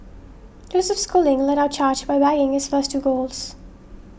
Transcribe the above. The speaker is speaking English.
Joseph Schooling led our charge by bagging his first two golds